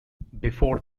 before